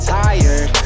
tired